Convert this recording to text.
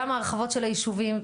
גם ההרחבות של היישובים,